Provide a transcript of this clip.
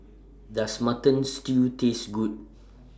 Does Mutton Stew Taste Good